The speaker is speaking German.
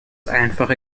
einfache